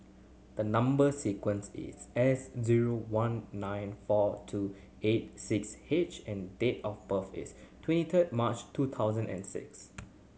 the number sequence is S zero one nine four two eight six H and date of birth is twenty third March two thousand and six